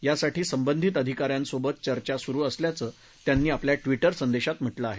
यासाठी संबंधित अधिकाऱ्यांसोबत चर्चा सुरू असल्याचं त्यांनी आपल्या संदेशात म्हाऊं आहे